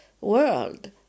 world